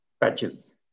patches